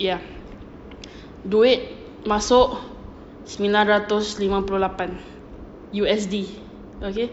ya duit masuk sembilan ratus lima puluh lapan U_S_D okay